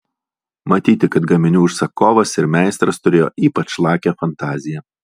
matyti kad gaminių užsakovas ir meistras turėjo ypač lakią fantaziją